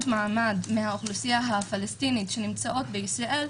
מעמד מהאוכלוסייה הפלסטינית שנמצאות בישראל,